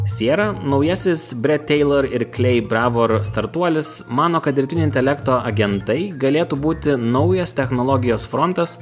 sierra naujasis bred teilor ir klei bravor startuolis mano kad dirbtinio intelekto agentai galėtų būti naujas technologijos frontas